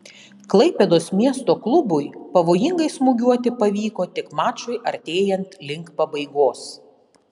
klaipėdos miesto klubui pavojingai smūgiuoti pavyko tik mačui artėjant link pabaigos